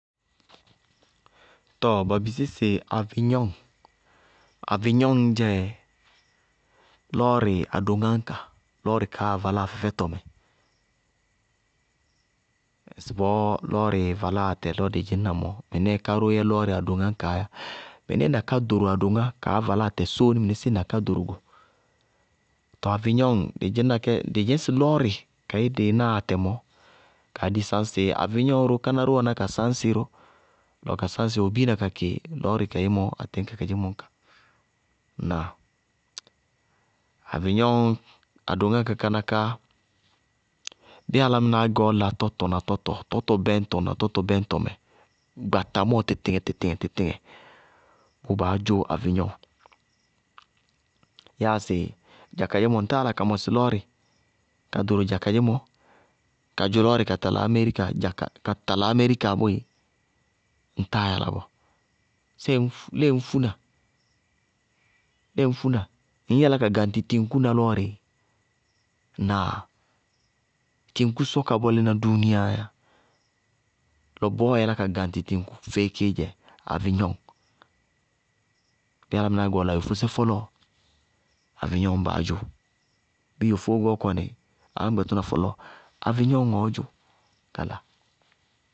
Tɔɔ ba bisí sɩ avɩyɔŋ, avɩyɔŋñ lɔɔrɩ adoŋá ñka, lɔɔrɩ kaáa valáa fɛfɛtɔmɛ, ŋsɩbɔɔ lɔɔrɩɩ valáa atɛ lɔ dɩ dzɩñna mɔɔ, mɩnɛ kéé káró yɛ lɔɔrɩ adoŋá ñkaá yá. Mɩníɩ na ká ɖoro adoŋá, kaá valá atɛ sóóni mɩnísíɩ na ká ɖoro go. Tɔɔ avɩyɔŋ, dɩ dzɩñna kɛ, dɩ dzɩñ sɩ lɔɔrɩ kadzée valáa atɛ mɔɔ, kaá dí sáñsɩ, avɩyɔŋ ró káná ró wɛná ka sáñsɩ ró, lɔ ka sáñsɩ wɛ biina ka kɩ lɔɔrɩ kayémɔ atɛ kadzémɔ ñka. Ŋnáa? Avɩyɔŋ, adoŋá ñka káná ká, bíɩ álámɩnáá gɛ ɔ la tɔtɔ na tɔtɔ, tɔtɔ bɛñtɔ na tɔtɔ bɛñtɔ mɛ, gbatamɔɔ tɩtɩŋɛ tɩtɩŋɛ bʋʋ baá dzʋ avɩyɔŋ, yáa sɩ dza kadzémɔ, ŋtáa yála ka mɔsɩ lɔɔrɩ dza kadzémɔ, ka dzʋ lɔɔrɩ ka tala amérika dza ka tala amérika boéé. Ŋtáa yála bɔɔ, séé ŋñfú, léé ŋñ fúna? Léé ŋñ fúna? Ŋñ yála ka gaŋtɩ tiŋkú na lɔɔrɩɩ? Ŋnáa? Tɩŋkú sɔ ka bɔlí na duuniyaá yá, lɔ bɔɔɔ yálá ka gaŋtɩ tiŋkú feé kéé dzɛ avɩyɔŋ. Bíɩ álámɩnáá gɛ ɔ la yofósɛ fɔlɔɔ, avɩyɔŋñ baá dzʋ, bíɩ yofóó fɛ ɔ kɔnɩ áláñgbɩtʋna fɔlɔɔ, avɩyɔŋñ ɔɔ dzʋ kala.